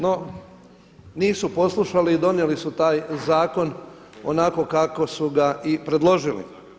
No, nisu poslušali i donijeli su taj zakon onako kako su ga i predložili.